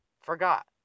forgot